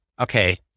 Okay